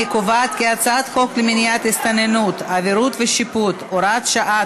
אני קובעת כי הצעת חוק למניעת הסתננות (עבירות ושיפוט) (הוראת שעה),